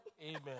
Amen